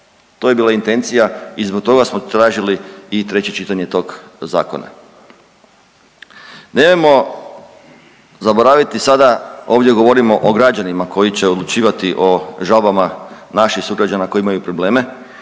To je bila intencija i zbog toga smo tražili i treće čitanje tog zakona. Nemojmo zaboraviti sada, ovdje govorimo o građanima koji će odlučivati o žalbama naših sugrađana koji imaju probleme,